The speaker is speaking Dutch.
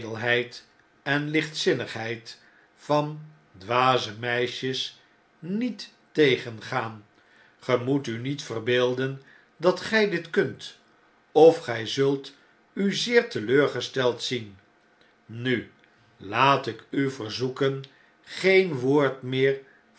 en lichtzinnigheid van dwaze meisjesniet tegengaan ge moet u niet verbeelden dat gjj dit kunt of gjj zult u zeer teleurgesteld zien nu laat ik u verzoeken geen woord meer